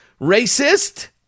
racist